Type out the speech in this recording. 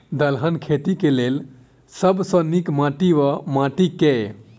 दलहन खेती केँ लेल सब सऽ नीक माटि वा माटि केँ?